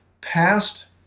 past